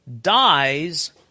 dies